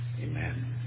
Amen